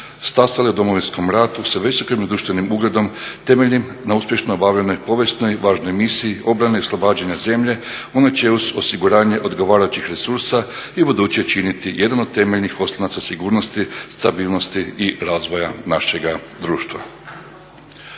stasali u Domovinskom ratu sa visokim društvenim ugledom temeljen na uspješno obavljenoj povijesnoj važnoj misiji obrane i oslobađanja zemlje u načelu sa osiguranjem odgovarajućih resursa i u buduće činiti jedan od temeljnih oslonaca sigurnosti, stabilnosti i razvoja našega društva.